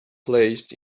placed